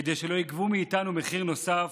כדי שלא יגבו מאיתנו מחיר נוסף,